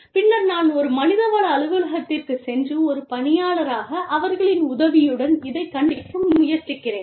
பின்னர் நான் ஒரு மனிதவள அலுவலகத்திற்குச் சென்று ஒரு பணியாளராக அவர்களின் உதவியுடன் இதைக் கண்டுபிடிக்க முயற்சிக்கிறேன்